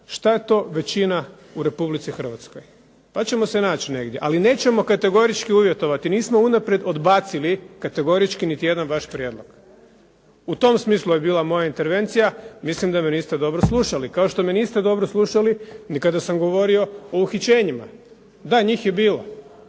što je to većina u Republici Hrvatskoj. Pa ćemo se naći negdje. Ali nećemo kategorički uvjetovati. Nismo unaprijed odbacili kategorički niti jedan vaš prijedlog. U tom smislu je bila moja intervencija. Mislim da me niste dobro slušali, kao što me niste dobro slušali kada sam govorio o uhićenjima. Da, njih je bilo.